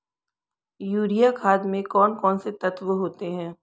Urea खाद में कौन कौन से तत्व होते हैं?